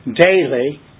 Daily